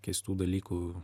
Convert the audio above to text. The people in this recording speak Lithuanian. keistų dalykų